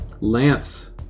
Lance